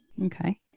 Okay